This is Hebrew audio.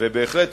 ובהחלט,